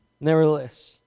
nevertheless